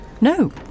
No